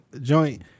joint